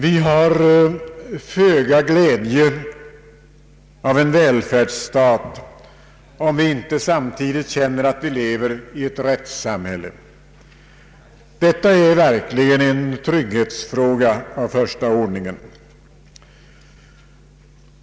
Vi har föga glädje av välfärdsstaten om vi inte känner att vi lever i ett rättssamhälle. Detta är därför en trygghetsfråga av första ordningen.